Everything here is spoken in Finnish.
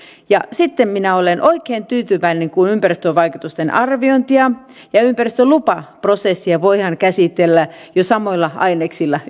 ja sitten olen oikein tyytyväinen kun ympäristövaikutusten arviointia ja ja ympäristölupaprosessia voidaan käsitellä samoilla aineksilla